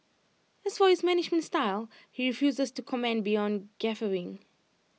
as for his management style he refuses to comment beyond guffawing